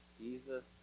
Jesus